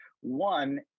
one